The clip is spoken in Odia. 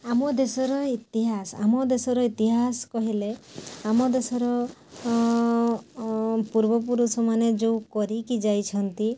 ଆମ ଦେଶ ର ଇତିହାସ ଆମ ଦେଶ ର ଇତିହାସ କହିଲେ ଆମ ଦେଶ ର ପୂର୍ବ ପୁରୁଷ ମାନେ ଯେଉଁ କରିକି ଯାଇଛନ୍ତି